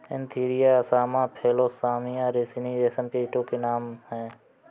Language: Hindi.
एन्थीरिया असामा फिलोसामिया रिसिनी रेशम के कीटो के नाम हैं